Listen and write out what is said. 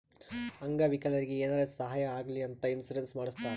ಅಂಗ ವಿಕಲರಿಗಿ ಏನಾರೇ ಸಾಹಾಯ ಆಗ್ಲಿ ಅಂತ ಇನ್ಸೂರೆನ್ಸ್ ಮಾಡಸ್ತಾರ್